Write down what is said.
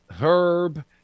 Herb